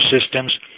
systems